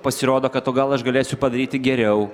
pasirodo kad o gal aš galėsiu padaryti geriau